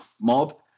mob